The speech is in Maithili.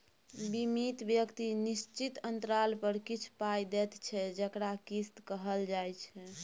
बीमित व्यक्ति निश्चित अंतराल पर किछ पाइ दैत छै जकरा किस्त कहल जाइ छै